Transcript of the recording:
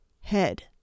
head